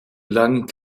lang